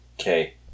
Okay